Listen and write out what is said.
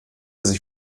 sich